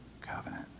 covenant